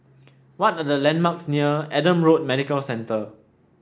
what are the landmarks near Adam Road Medical Centre